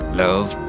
love